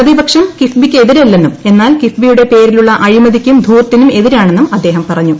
പ്രതിപക്ഷം കിഫ്ബിയ്ക്ക് എതിരല്ലെന്നും എന്നാൽ കിഫ്ബിയുടെ പേരിലുള്ള അഴിമതിയ്ക്കും ധൂർത്തിനും എതിരാണെന്ന് അദ്ദേഹം പറഞ്ഞു